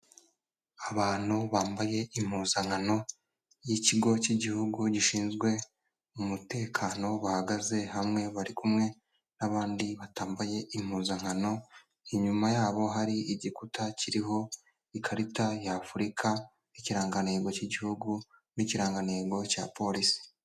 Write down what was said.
Abantu bambaye impuzankano y'ikigo cy'igihugu gishinzwe umutekano bahagaze hamwe, bari kumwe n'abandi batambaye impuzankano, inyuma yabo hari igikuta kiriho ikarita ya Afurika n'ikirangantego cy'igihugu, n'ikirangantengo cya polisi.